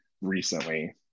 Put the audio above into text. recently